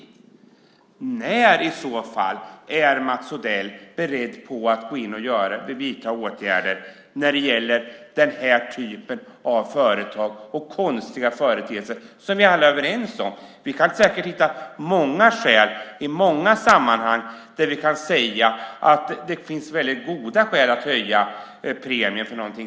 När är i så fall Mats Odell beredd att gå in och vidta åtgärder när det gäller denna typ av företag och denna typ av, vilket vi alla är överens om, konstiga företeelser? Vi kan säkert hitta många sammanhang där det finns väldigt goda skäl att höja premierna.